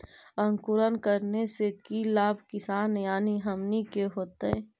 अंकुरण करने से की लाभ किसान यानी हमनि के होतय?